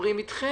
מדברים אתכם.